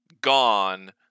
gone